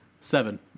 Seven